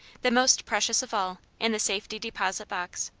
the most precious of all, in the safety deposit box.